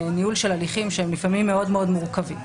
ניהול של הליכים שהם לפעמים מאוד מורכבים.